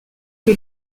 que